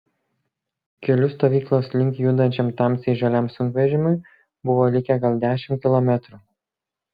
keliu stovyklos link judančiam tamsiai žaliam sunkvežimiui buvo likę gal dešimt kilometrų